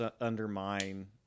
undermine